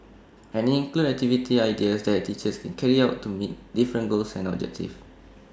and IT includes activity ideas that teachers can carry out to meet different goals and objectives